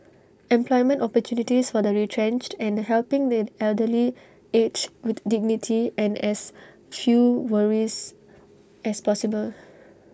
employment opportunities for the retrenched and helping the elderly age with dignity and as few worries as possible